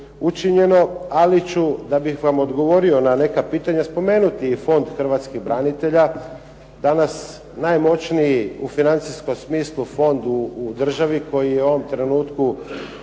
učinjeno, ali ću da bih vam odgovorio na neka pitanja spomenuti i Fond Hrvatskih branitelja, danas najmoćniji u financijskom smislu fond u državi koji je u ovom trenutku